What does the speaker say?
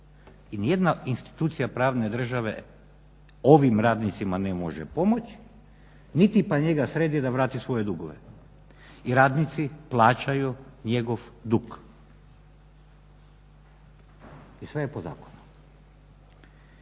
I nijedna institucija pravne države ovim radnicima ne može pomoći niti pak njega sredi sa vrati svoje dugove i radnici plaćaju njegov dug. I sve je po zakonu.